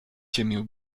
ciemię